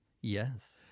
Yes